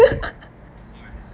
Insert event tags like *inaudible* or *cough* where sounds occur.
*laughs*